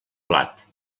plat